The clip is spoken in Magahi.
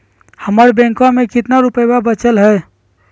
हमर बैंकवा में कितना रूपयवा बचल हई?